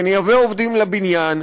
ונייבא עובדים לבניין,